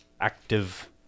active